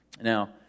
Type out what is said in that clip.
Now